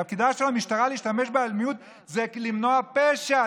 תפקידה של המשטרה להשתמש באלימות זה למנוע פשע,